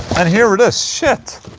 and here it is shit.